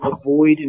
avoid